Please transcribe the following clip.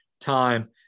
time